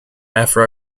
afro